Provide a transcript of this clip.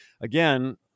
again